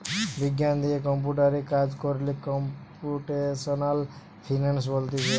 বিজ্ঞান দিয়ে কম্পিউটারে কাজ কোরলে কম্পিউটেশনাল ফিনান্স বলতিছে